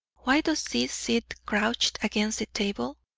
why does he sit crouched against the table?